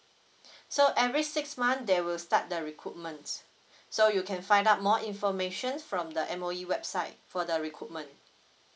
so every six month they will start the recruitment so you can find out more information from the M_O_E website for the recruitment